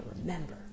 remember